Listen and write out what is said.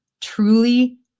truly